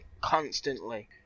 constantly